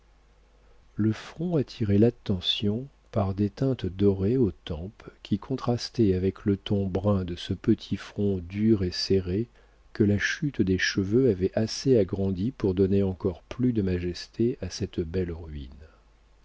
le front attirait l'attention par des teintes dorées aux tempes qui contrastaient avec le ton brun de ce petit front dur et serré que la chute des cheveux avait assez agrandi pour donner encore plus de majesté à cette belle ruine